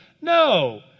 No